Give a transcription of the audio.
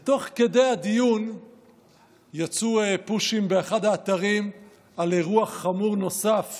תוך כדי הדיון יצאו פושים באחד האתרים על אירוע חמור נוסף